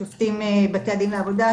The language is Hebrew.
שופטים בתי הדין לעבודה,